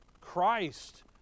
Christ